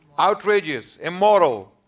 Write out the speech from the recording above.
outrageous, immoral.